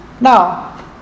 Now